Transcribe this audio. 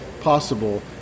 possible